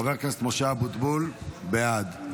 חבר הכנסת משה אבוטבול, בעד.